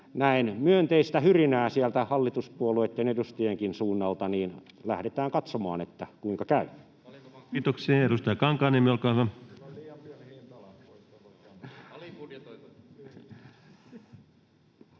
näen myönteistä hyrinää sieltä hallituspuolueittenkin edustajien suunnalta, niin lähdetään katsomaan, kuinka käy. Kiitoksia. — Ja edustaja Kankaanniemi, olkaa hyvä. Arvoisa